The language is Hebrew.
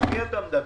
עם מי אתה מדבר?